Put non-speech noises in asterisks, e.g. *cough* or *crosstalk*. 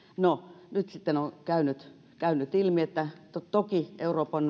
no nyt sitten on käynyt käynyt ilmi että toki euroopan *unintelligible*